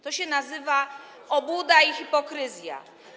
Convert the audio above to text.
To się nazywa obłuda i hipokryzja.